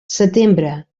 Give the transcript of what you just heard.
setembre